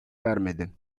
vermedi